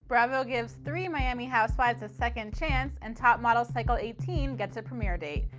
bravo gives three miami housewives a second chance and top model cycle eighteen gets a premiere date!